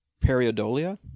Periodolia